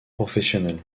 professionnel